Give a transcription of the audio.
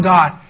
God